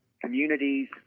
communities